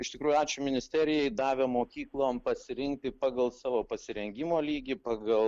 iš tikrųjų ačiū ministerijai davė mokyklom pasirinkti pagal savo pasirengimo lygį pagal